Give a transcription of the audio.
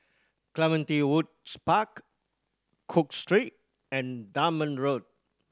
Clementi Woods Park Cook Street and Dunman Road